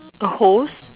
a hose